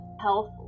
health